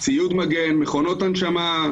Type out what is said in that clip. ציוד מגן, מכונות הנשמה.